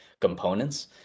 components